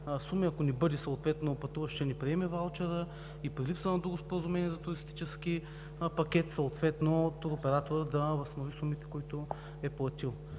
суми, ако съответно пътуващият не приеме ваучера и при липса на друго споразумение за туристически пакет, съответно туроператорът да възстанови сумите, които е платил.